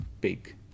big